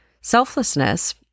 Selflessness